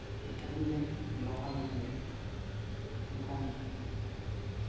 ᱟᱵᱮᱱ ᱜᱮ ᱞᱚᱠᱠᱷᱚᱱ ᱢᱩᱨᱢᱩ ᱮᱱᱠᱟᱱ